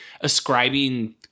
ascribing